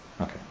Okay